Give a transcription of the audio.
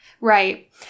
Right